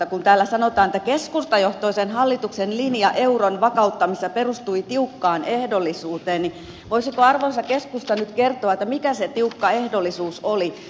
kun täällä sanotaan että keskustajohtoisen hallituksen linja euron vakauttamisessa perustui tiukkaan ehdollisuuteen niin voisiko arvoisa keskusta nyt kertoa mikä se tiukka ehdollisuus oli